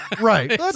Right